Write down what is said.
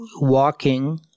walking